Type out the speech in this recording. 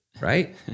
right